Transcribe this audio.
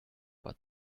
but